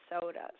sodas